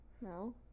No